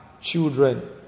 children